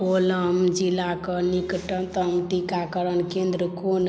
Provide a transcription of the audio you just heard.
कोल्लम जिला कऽ निकटतम टीकाकरण केन्द्र कओन